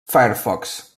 firefox